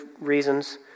reasons